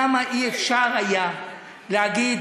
למה אי-אפשר היה להגיד: